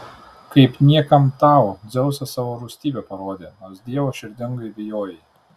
kaip niekam tau dzeusas savo rūstybę parodė nors dievo širdingai bijojai